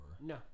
no